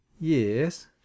yes